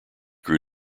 grew